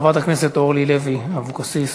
חברת הכנסת אורלי לוי אבקסיס,